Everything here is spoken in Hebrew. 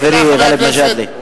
חברי גאלב מג'אדלה,